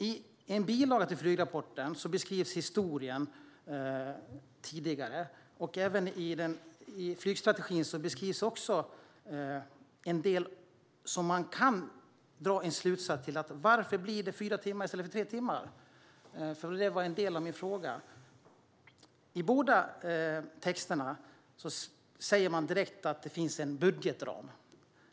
I en bilaga till flygrapporten beskrivs den tidigare historien. I flygstrategin beskrivs också en del som man kan dra en slutsats av när det gäller varför det blir fyra timmar i stället för tre timmar. Det var en del av min fråga. I båda texterna sägs det direkt att det finns en budgetram.